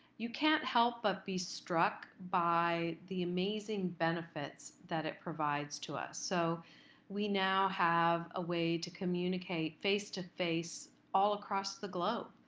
you can't help but be struck by the amazing benefits that it provides to us. so we now have a way to communicate face-to-face all across the globe.